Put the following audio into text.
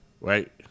right